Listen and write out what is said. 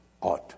ought